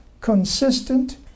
consistent